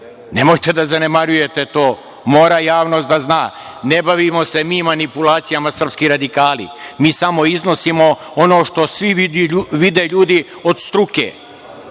Nemojte da zanemarujete to. Mora javnost da zna. Ne bavimo se mi manipulacijama, srpski radikali, mi samo iznosimo ono što vide svi ljudi od struke,